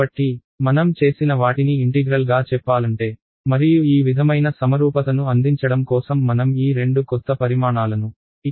కాబట్టి మనం చేసిన వాటిని ఇంటిగ్రల్ గా చెప్పాలంటే మరియు ఈ విధమైన సమరూపత ను అందించడం కోసం మనం ఈ రెండు కొత్త పరిమాణాలను ఇక్కడ ప్రవేశపెట్టాము